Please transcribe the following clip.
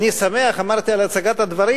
אמרתי שאני שמח על הצגת הדברים,